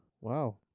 wow